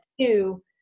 two